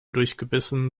durchgebissen